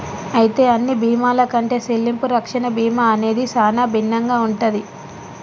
అయితే అన్ని బీమాల కంటే సెల్లింపు రక్షణ బీమా అనేది సానా భిన్నంగా ఉంటది